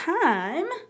time